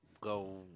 go